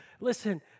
listen